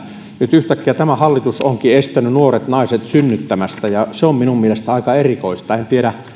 nyt yhtäkkiä tämä hallitus onkin estänyt nuoret naiset synnyttämästä ja se on minun mielestäni aika erikoista en tiedä